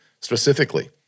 Specifically